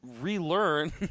relearn